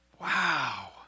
Wow